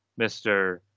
Mr